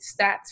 stats